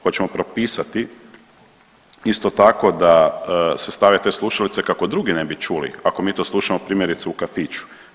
Hoćemo propisati isto tako da se stave te slušalice kako drugi ne bi čuli, ako mi to slušamo primjerice u kafiću.